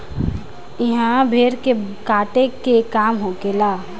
इहा भेड़ के काटे के काम होखेला